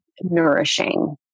nourishing